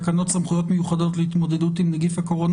תקנות סמכויות מיוחדות להתמודדות עם נגיף הקורונה